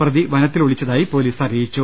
പ്രതി വനത്തിൽ ഒളിച്ചതായി പൊലീസ് അറിയിച്ചു